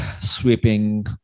sweeping